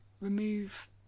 remove